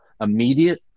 immediate